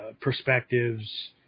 perspectives